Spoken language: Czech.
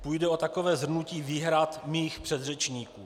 Půjde o takové shrnutí výhrad mých předřečníků.